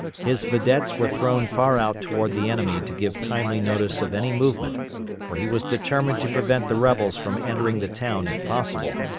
his vedettes were thrown far out toward the enemy to give timely notice of any movement for he was determined to prevent the rebels from entering the town if possible,